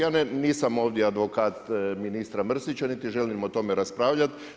Ja nisam ovdje advokat ministra Mrsića niti želim o tome raspravljati.